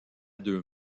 deux